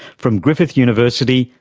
from griffith university,